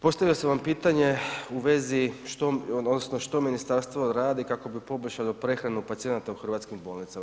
Postavio sam vam pitanje u vezi odnosno što ministarstvo radi kako bi poboljšali prehranu pacijenata u hrvatskim bolnicama?